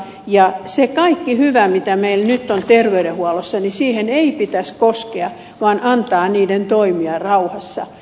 kaikki se hyvä mikä meillä nyt on terveydenhuollossa siihen ei pitäisi koskea vaan pitäisi antaa niiden toimia rauhassa